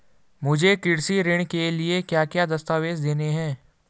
मुझे कृषि ऋण के लिए क्या क्या दस्तावेज़ देने हैं?